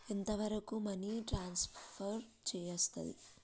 ఎంత వరకు money transfer చేయస్తది?